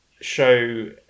show